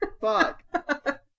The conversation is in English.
Fuck